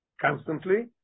Constantly